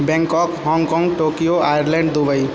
Bangkok Hong Kong Tokyo Ireland Dubai